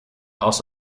aus